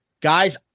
guys